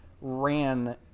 ran